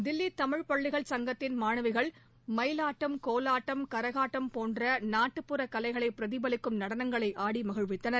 தில்லி தமிழ்பள்ளிகள் சங்கத்தின் மாணவிகள் மயிலாட்டம் கோலாட்டம் கரகாட்டம் போன்ற நாட்டுப்புறக் கலைகளை பிரதிபலிக்கும் நடனங்களை ஆடி மகிழ்வித்தனர்